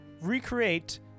recreate